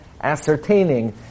ascertaining